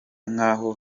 nk’aho